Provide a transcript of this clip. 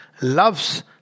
love's